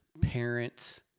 parents